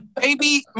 Baby